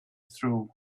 through